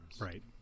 Right